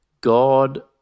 God